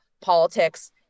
politics